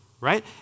right